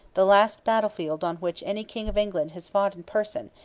the last battlefield on which any king of england has fought in person,